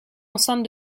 enceinte